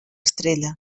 estrella